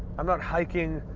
i'm not hiking,